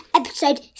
episode